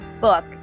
book